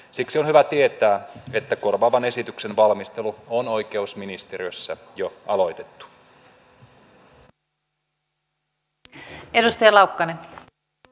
siksi on hyvä tietää että korvaavan esityksen valmistelu on oikeusministeriössä jo aloitettu